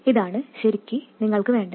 ഇതാണ് ശരിക്ക് നിങ്ങൾക്ക് വേണ്ടത്